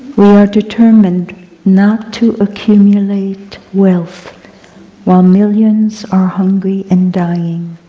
we are determined not to accumulate wealth while millions are hungry and dying,